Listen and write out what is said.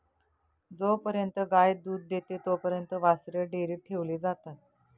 जोपर्यंत गाय दूध देते तोपर्यंत वासरे डेअरीत ठेवली जातात